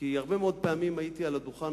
כי הרבה מאוד פעמים הייתי על הדוכן